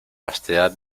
vastedad